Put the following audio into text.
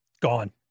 Gone